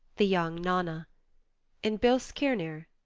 the young nanna in bilskirnir,